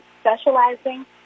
specializing